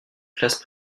classes